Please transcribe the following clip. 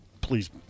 please